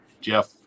Jeff